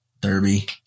Derby